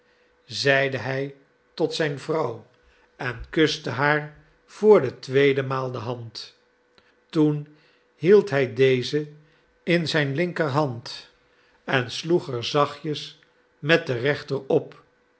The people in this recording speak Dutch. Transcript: zeide hij tot zijn vrouw en kuste haar voor de tweede maal de hand toen hield hij deze in zijn linkerhand en sloeg er zachtjes met de rechter op